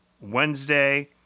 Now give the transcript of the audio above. Wednesday